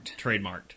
Trademarked